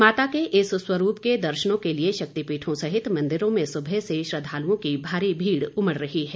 माता के इस स्वरूप के दर्शनों के लिए शक्पिठों सहित मंदिरों में सुबह से श्रद्वालुओं की भारी भीड़ उमड़ रही है